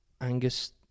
Angus